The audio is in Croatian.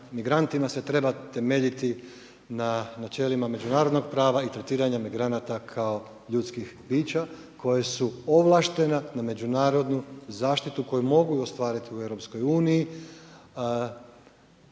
migrantima se treba temeljiti na načelima međunarodnog prava i tretiranja migranata kao ljudskih bića koja su ovlaštena na međunarodnu zaštitu koju mogu ostvariti u EU